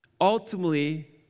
Ultimately